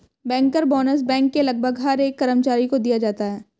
banker bonus bank के लगभग हर एक कर्मचारी को दिया जाता है